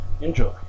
Enjoy